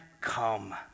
come